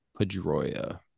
Pedroia